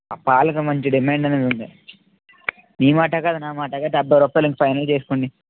ఆ పాలకి మంచి డిమాండ్ అనేది ఉంది మీ మాట కాదు నా మాట కాదు డెబ్బై రూపాయలు ఇంక ఫైనల్ చేసుకోండి